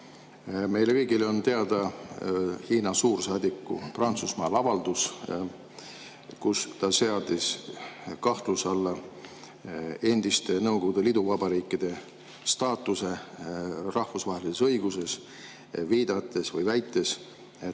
Meile kõigile on teada Hiina suursaadiku Prantsusmaal tehtud avaldus, kus ta seadis kahtluse alla endiste Nõukogude liiduvabariikide staatuse rahvusvahelises õiguses, viidates või väites, et